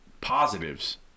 positives